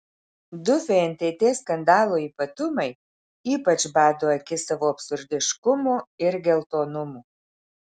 du fntt skandalo ypatumai ypač bado akis savo absurdiškumu ir geltonumu